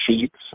sheets